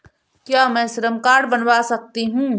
क्या मैं श्रम कार्ड बनवा सकती हूँ?